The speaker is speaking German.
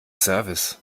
service